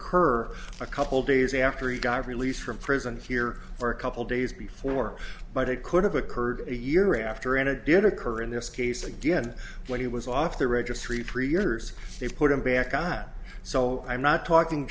r a couple days after he got released from prison here for a couple days before but it could have occurred a year after anna did occur in this case again when he was off the registry three years they've put him back on so i'm not talking